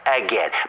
again